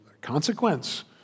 consequence